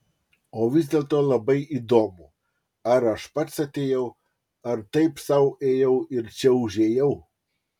o vis dėlto labai įdomu ar aš pats atėjau ar taip sau ėjau ir čia užėjau